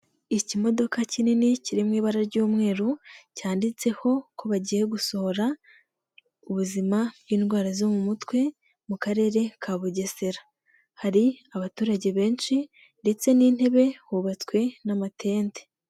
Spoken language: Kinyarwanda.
Ikimodoka kinini kiri mu ibara ry'umweru cyanditseho ko bagiye gusohora ubuzima bw'indwara zo mu mutwe mu karere ka bugesera. Hari abaturage benshi ndetse n'intebe hubatswe n'amatente.